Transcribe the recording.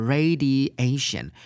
Radiation